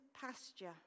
pasture